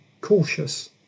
cautious